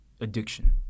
addiction